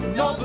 no